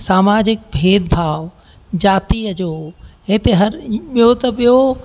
सामाजिक भेद भाव जातीअ हिते हरु ॿियो त ॿियो